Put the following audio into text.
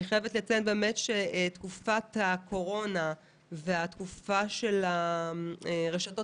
אני חייבת לציין שתקופת הקורונה והפעילות של הרשתות